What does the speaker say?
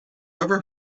ever